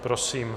Prosím.